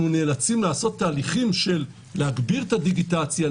נאלצים לעשות תהליכים של הגברת הדיגיטציה,